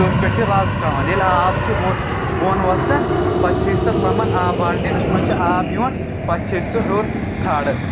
تٔتھۍ پٮ۪ٹھ چھِ رَز ترٛاوان ییٚلہِ آب چھِ بۄن وَسان پَتہٕ چھِ أسۍ تَتھ لَمَن آب بالٹیٖنَس منٛز چھِ آب یِوان پَتہٕ چھِ أسۍ سُہ ہیوٚر کھالان